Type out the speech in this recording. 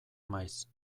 maiz